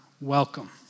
welcome